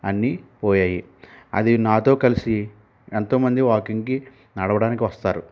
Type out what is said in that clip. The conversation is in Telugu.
అన్నీ పోయాయి అది నాతో కలిసి ఎంతోమంది వాకింగ్కి నడవడానికి వస్తారు